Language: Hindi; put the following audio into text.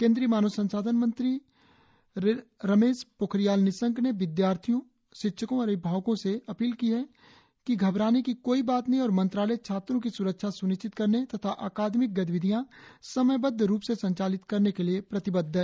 केन्द्रीय मानव संसाधन मंत्री रमेश पोखरियाल निशंक ने विद्यार्थियों शिक्षकों और अभिभावकों से अपील की है कि घबराने की कोई बात नहीं है और मंत्रालय छात्रों की सुरक्षा सुनिश्चित करने तथा अकादमिक गतिविधियां समयबद्ध रूप से संचालित करने के लिए प्रतिबद्ध है